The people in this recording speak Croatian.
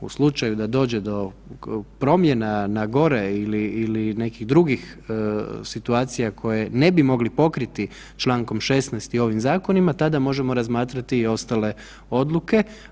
U slučaju da dođe do promjena na gore ili nekih drugih situacija koje ne bi mogli pokriti čl. 16. i ovim zakonima tada možemo razmatrati ostale odluke.